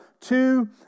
two